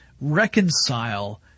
reconcile